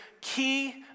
key